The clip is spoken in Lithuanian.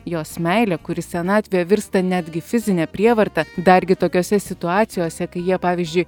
jos meilė kuri senatvėje virsta netgi fizine prievarta dargi tokiose situacijose kai jie pavyzdžiui